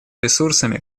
ресурсами